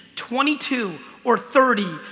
twenty two, or thirty,